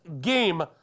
game